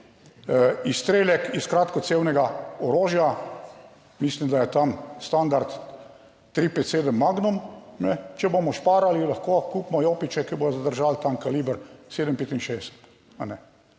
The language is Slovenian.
izstrelek iz kratkocevnega orožja, mislim, da je tam standard 357 Magnum, če bomo šparali, lahko kupimo jopiče, ki bodo zadržali tam kaliber 7, ,65.